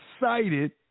excited